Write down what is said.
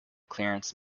clarence